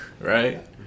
right